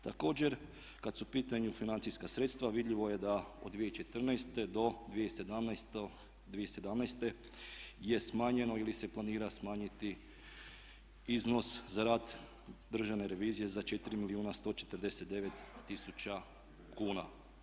Također kad su u pitanju financijska sredstva vidljivo je da od 2014. do 2017.je smanjeno ili se planira smanjiti iznos za rad državne revizije za 4 milijuna 149 tisuća kuna.